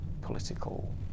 political